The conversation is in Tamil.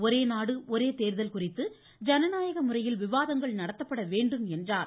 ஒரே நாடு ஒரே தேர்தல் குறித்து ஜனநாயக முறையில் விவாதங்கள் நடத்தப்பட வேண்டும் என்றார்